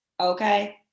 Okay